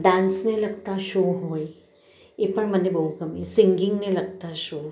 ડાન્સને લગતા શો હોય એ પણ મને બહુ ગમે સિંગિંગને લગતા શો